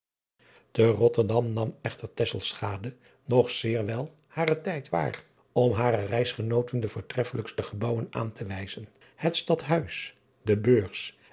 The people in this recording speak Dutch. otterdam nam echter nog zeer wel haren tijd waar om haren reisgenooten de voortreffelijkste gebouwen aan te wijzen het tadhuis de eurs